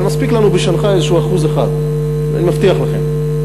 אבל מספיק לנו בשנגחאי איזה 1%; אני מבטיח לכם.